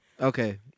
Okay